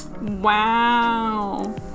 Wow